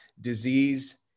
disease